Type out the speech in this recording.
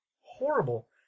horrible